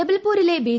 ജബൽപൂരിലെ B